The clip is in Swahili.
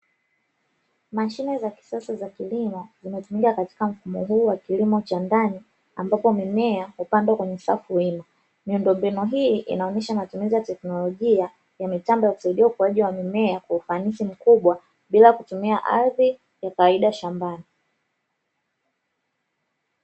Mashine za kisasa za kilimo zinazotumika katika mfumo huu wa kilimo cha ndani ambapo mimea hupandwa kwenye safu wima. Miundombinu hii inaonyesha matumizi ya teknolojia ya mitambo ya kusaidia ukuaji wa mimea kwa ufanisi mkubwa bila kutumia ardhi ya kawaida shambani.